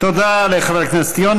תודה לחבר הכנסת יונה.